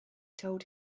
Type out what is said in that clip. told